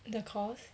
the course